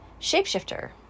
shapeshifter